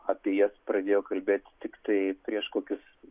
apie jas pradėjo kalbėti tiktai prieš kokius